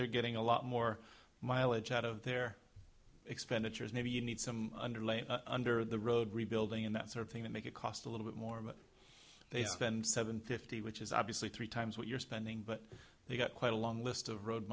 they're getting a lot more mileage out of their expenditures maybe you need some underlay under the road rebuilding and that sort of thing that make it cost a little bit more they spend seven fifty which is obviously three times what you're spending but they've got quite a long list of road